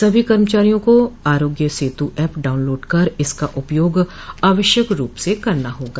सभी कर्मचारियों को आरोग्य सेतु एप डाउनलोड कर इसका उपयोग आवश्यक रूप से करना होगा